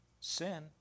sin